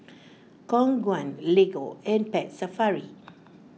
Khong Guan Lego and Pet Safari